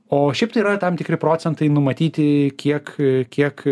o šiaip tai yra tam tikri procentai numatyti kiek kiek